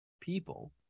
people